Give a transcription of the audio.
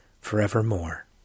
forevermore